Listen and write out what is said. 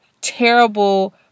terrible